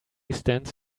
stands